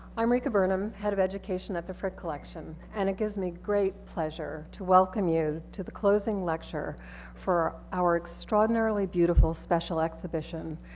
i'm rika burnham, head of education at the frick collection, and it gives me great pleasure to welcome you to the closing lecture for our extraordinarily beautiful special exhibition,